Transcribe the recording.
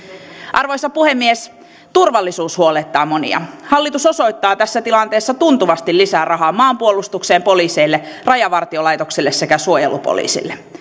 arvoisa puhemies turvallisuus huolettaa monia hallitus osoittaa tässä tilanteessa tuntuvasti lisää rahaa maanpuolustukseen poliisille rajavartiolaitokselle sekä suojelupoliisille